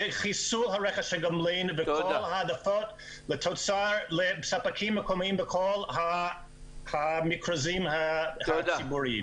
בחיסול רכש הגומלין והעדפות לספקים מקומיים בכל המכרזים הציבוריים.